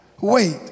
wait